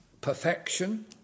perfection